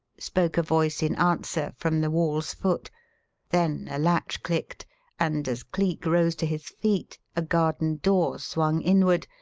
spoke a voice in answer, from the wall's foot then a latch clicked and, as cleek rose to his feet, a garden door swung inward,